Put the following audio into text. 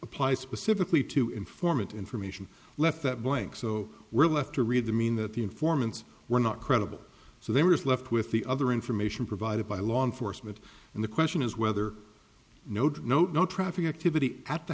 apply specifically to informant information left that blank so we're left to read the mean that the informants were not credible so there is left with the other information provided by law enforcement and the question is whether node no traffic activity at the